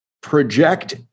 project